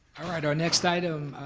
alright, our next item